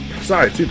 Sorry